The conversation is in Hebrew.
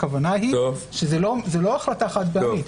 הכוונה היא שזו לא החלטה חד פעמית.